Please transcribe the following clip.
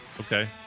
Okay